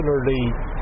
particularly